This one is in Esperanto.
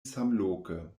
samloke